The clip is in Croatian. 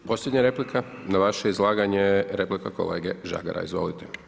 I posljednja replika, na vaše izlaganje replika kolege Žagara, izvolite.